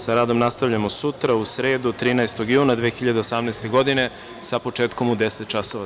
Sa radom nastavljamo sutra, u sredu, 13. juna 2018. godine, sa početkom u 10,00 časova.